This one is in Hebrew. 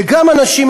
וגם אנשים,